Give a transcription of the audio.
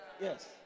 yes